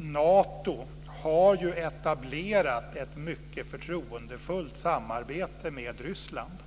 Nato har etablerat ett mycket förtroendefullt samarbete med Ryssland.